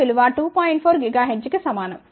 4 GHz కు సమానం